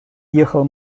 ехал